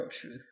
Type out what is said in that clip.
truth